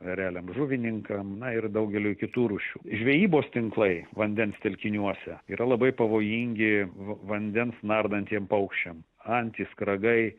ereliam žuvininkam na ir daugeliui kitų rūšių žvejybos tinklai vandens telkiniuose yra labai pavojingi vandens nardantiem paukščiam antys kragai